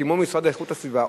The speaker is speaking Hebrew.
כמו המשרד לאיכות הסביבה,